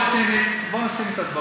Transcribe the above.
אנשים סיימו ללמוד.